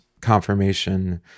confirmation